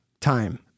time